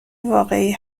واقعی